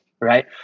right